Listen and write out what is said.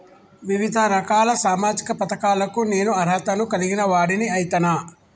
వివిధ రకాల సామాజిక పథకాలకు నేను అర్హత ను కలిగిన వాడిని అయితనా?